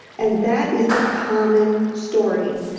and that is the common story.